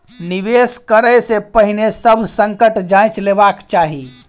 निवेश करै से पहिने सभ संकट जांइच लेबाक चाही